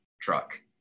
truck